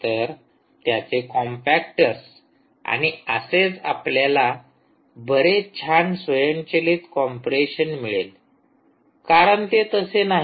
तर त्याचे कॉम्पॅक्टर्स आणि असेच आपल्याला बरेच छान स्वयंचलित कॉम्प्रेशन मिळेल कारण ते तसे नाही